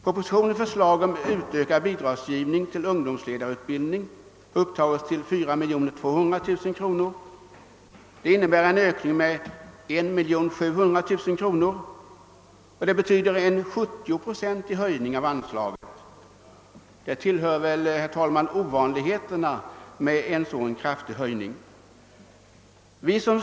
Propositionens förslag om utökad bidragsgivning till ungdomsledarutbildning innebär en anslagsökning till 4 200 000 kronor, eller med 1700 000 kronor. Detta betyder en 70-procentig höjning av anslaget. Det tillhör väl, herr talman, ovanligheterna att en sådan kraftig höjning sker.